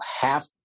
half